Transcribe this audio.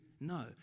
No